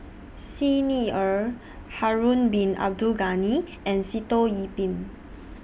Xi Ni Er Harun Bin Abdul Ghani and Sitoh Yih Pin